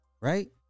Right